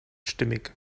stimmig